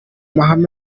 mahamadou